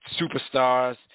Superstars